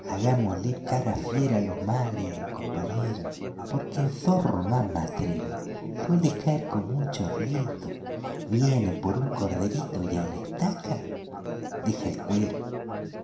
hagámosle cara fiera a los males compañero porque el zorro más matrero suele cair como un chorlito viene por un corderito y en la estaca deja el cuero